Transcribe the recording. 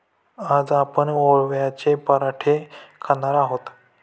आज आपण ओव्याचे पराठे खाणार आहोत